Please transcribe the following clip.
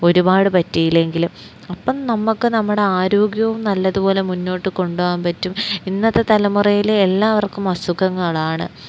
ഒരുപാട് പറ്റിയില്ലെങ്കിലും അപ്പം നമുക്ക് നമ്മുടെ ആരോഗ്യവും നല്ലതുപോലെ മുന്നോട്ടുകൊണ്ടുപോകാൻ പറ്റും ഇന്നത്തെ തലമുറയില് എല്ലാവർക്കും അസുഖങ്ങളാണ്